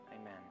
amen